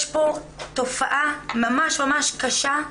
יש פה תופעה ממש ממש קשה.